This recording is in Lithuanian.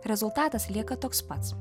rezultatas lieka toks pats